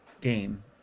game